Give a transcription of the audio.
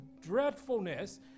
dreadfulness